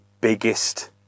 biggest